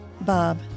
Bob